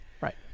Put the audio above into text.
Right